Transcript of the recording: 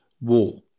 Wall